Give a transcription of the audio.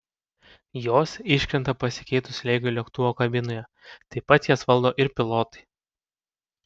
jos iškrenta pasikeitus slėgiui lėktuvo kabinoje taip pat jas valdo ir pilotai